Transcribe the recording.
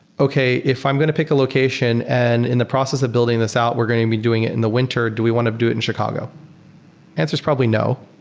okay, if i'm going to pick a location and in the process of building this out we're going to be doing it in the winter. do we want to do it in chicago? the answer is probably no.